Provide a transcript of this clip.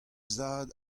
zad